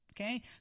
okay